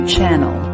Channel